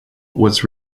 was